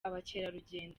abakerarugendo